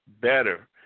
better